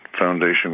Foundation